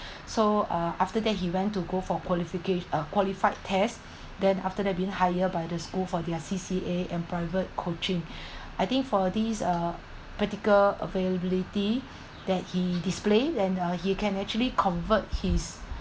so uh after that he went to go for qualifica~~ uh qualified test then after that been hired by the school for their C_C_A and private coaching I think for these uh practical availability that he display then he can actually convert his